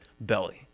belly